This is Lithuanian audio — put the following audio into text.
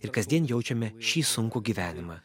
ir kasdien jaučiame šį sunkų gyvenimą